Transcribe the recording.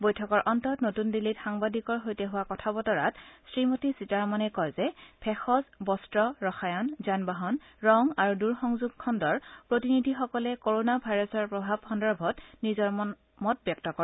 বৈঠকৰ অন্তত নতুন দিল্লীত সাংবাদিকৰ সৈতে হোৱা কথা বতৰাত শ্ৰীমতী সীতাৰমনে কয় যে ভেষজ বস্ত্ৰ ৰসায়ন যান বাহন ৰং আৰু দূৰসংযোগ খণ্ডৰ প্ৰতিনিধিসকলে কৰোণা ভাইৰাছৰ প্ৰভাৱ সন্দৰ্ভত নিজৰ মত ব্যক্ত কৰে